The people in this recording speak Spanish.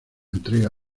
entrega